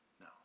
No